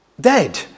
dead